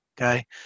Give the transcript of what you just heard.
okay